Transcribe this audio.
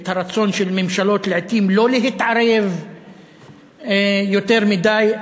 את הרצון של ממשלות לעתים לא להתערב יותר מדי,